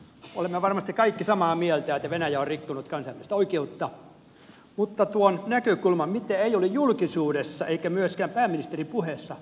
olemme varmasti kaikki samaa mieltä että venäjä on rikkonut kansainvälistä oikeutta mutta tuon näkökulman mitä ei ole julkisuudessa eikä myöskään pääministerin puheessa todettu